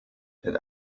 that